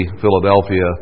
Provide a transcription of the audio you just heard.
Philadelphia